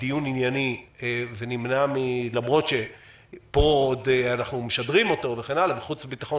דיון ענייני למרות שפה אנחנו משדרים אותו ובחוץ וביטחון,